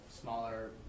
smaller